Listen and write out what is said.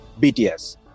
BTS